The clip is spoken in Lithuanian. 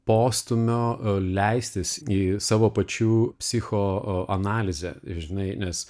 postūmio leistis į savo pačių psichoanalizę žinai nes